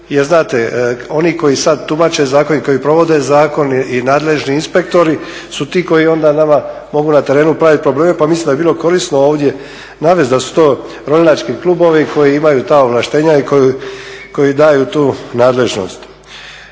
Jer znate oni koji sada tumače zakon i koji provode zakon i nadležni inspektori su ti koji onda nama mogu na terenu praviti probleme pa mislim da bi bilo korisno ovdje navesti da su to ronilački klubovi koji imaju ta ovlaštenja i koji daju tu nadležnost.